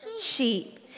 Sheep